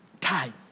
time